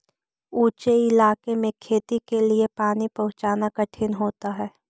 ऊँचे इलाके में खेती के लिए पानी पहुँचाना कठिन होता है